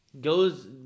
goes